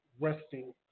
resting